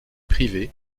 privée